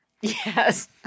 Yes